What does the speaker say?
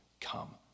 come